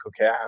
okay